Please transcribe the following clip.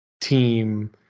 team